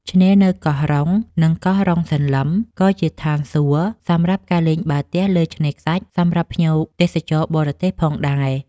ឆ្នេរនៅកោះរ៉ុង និងកោះរ៉ុងសន្លឹម ក៏ជាឋានសួគ៌សម្រាប់ការលេងបាល់ទះលើឆ្នេរខ្សាច់សម្រាប់ភ្ញៀវទេសចរបរទេសផងដែរ។